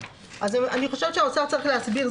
אני חושבת שהאוצר צריך להסביר.